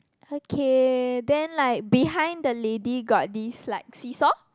okay then like behind the lady got this like see saw